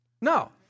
No